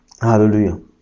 Hallelujah